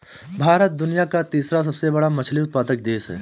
भारत दुनिया का तीसरा सबसे बड़ा मछली उत्पादक देश है